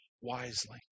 wisely